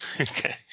Okay